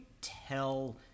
tell